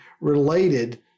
related